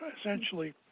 essentially